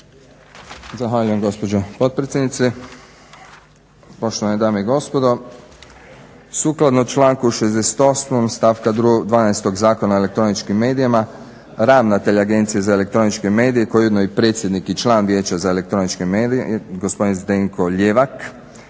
Zahvaljujem gospođo potpredsjednice. Poštovane dame i gospodo. Sukladno članku 60.stavka 12. Zakona o elektroničkim medijima ravnatelj Agencije za elektroničke medije koji je ujedno i predsjednik i član Vijeća za elektroničke medije gospodine Zdenko Ljevak